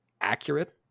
accurate